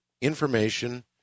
information